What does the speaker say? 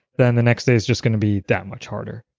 then the next day is just going to be that much harder